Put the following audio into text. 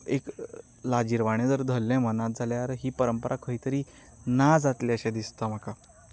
एक लाजीरवाणें जर धरलें मनांत जाल्यार ही परंपरा खंय तरी ना जातली अशें दिसता म्हाका